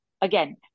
Again